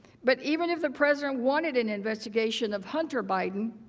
but even if the president wanted an investigation of hunter biden,